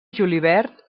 julivert